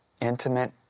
intimate